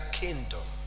kingdom